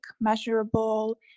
measurable